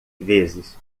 vezes